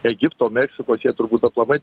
egipto meksikos jie turbūt aplamai